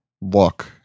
look